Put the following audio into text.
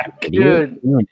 dude